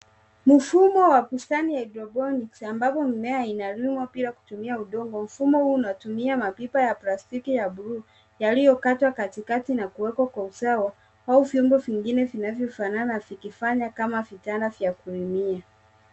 Mfumo wa bustani hydroponics ambapo mimea inalimwa bila kutumia udongo. Mfumo huu unatumia mapipa ya plastiki ya bluu yaliyowekwa katikati na kuwekwa kwa usawa au vyombo vingine vinavyofanana vikifanya kama vitanda vya kulimia.